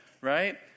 right